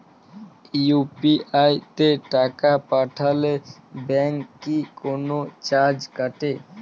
UPI তে টাকা পাঠালে ব্যাংক কি কোনো চার্জ কাটে?